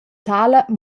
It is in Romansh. tala